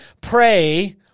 Pray